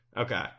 Okay